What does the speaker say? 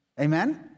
Amen